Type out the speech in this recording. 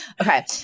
Okay